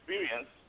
experience